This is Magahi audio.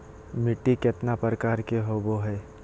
मिट्टी केतना प्रकार के होबो हाय?